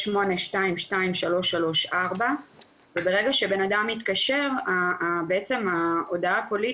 08-6822334 ובעצם שהבנאדם מתקשר ההודעה הקולית